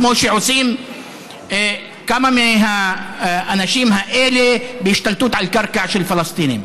כמו שעושים כמה מהאנשים האלה בהשתלטות על קרקע של פלסטינים.